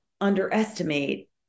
underestimate